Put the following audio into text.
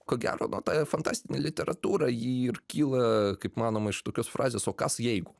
ko gero nu ta fantastinė literatūra ji ir kyla kaip manoma iš tokios frazės o kas jeigu